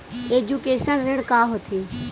Education ऋण का होथे?